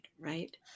right